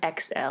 XL